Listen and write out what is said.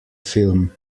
film